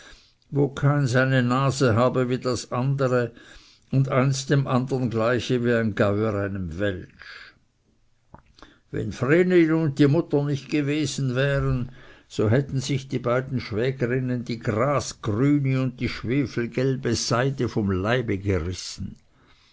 wo keins eine nase habe wie das andere und eins dem andern gleiche wie ein gäuer einem weltsch wenn vreneli und die mutter nicht gewesen wären so hätten sich die beiden schwägerinnen die grasgrüne und die schwefelgelbe seide vom leibe gerissen